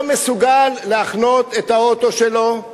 שלא מסוגל להחנות את האוטו שלו,